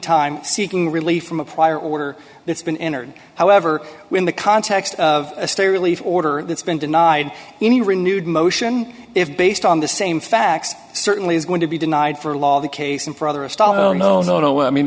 time seeking relief from a prior order it's been entered however when the context of a stay relief order that's been denied any renewed motion if based on the same facts certainly is going to be denied for law the case and for other astolfo no no no i mean